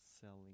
selling